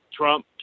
Trump